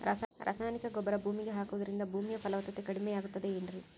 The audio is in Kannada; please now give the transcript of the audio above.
ರಾಸಾಯನಿಕ ಗೊಬ್ಬರ ಭೂಮಿಗೆ ಹಾಕುವುದರಿಂದ ಭೂಮಿಯ ಫಲವತ್ತತೆ ಕಡಿಮೆಯಾಗುತ್ತದೆ ಏನ್ರಿ?